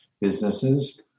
businesses